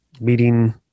meeting